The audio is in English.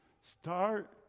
start